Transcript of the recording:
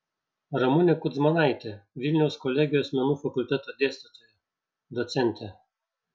ramunė kudzmanaitė vilniaus kolegijos menų fakulteto dėstytoja docentė